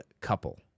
COUPLE